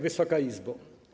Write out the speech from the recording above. Wysoka Izbo!